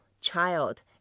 child